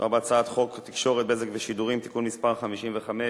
מדובר בהצעת חוק התקשורת (בזק ושידורים) (תיקון מס' 55),